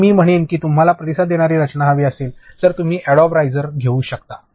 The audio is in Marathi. तर मी म्हणेन की जर तुम्हाला प्रतिसाद देणारी रचना हवी असेल तर तुम्ही अॅडोबच्या राइज घेऊ शकता